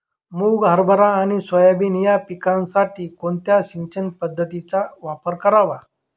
मुग, हरभरा आणि सोयाबीन या पिकासाठी कोणत्या सिंचन पद्धतीचा वापर करावा?